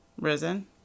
risen